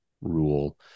rule